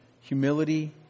humility